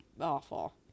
awful